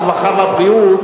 הרווחה והבריאות,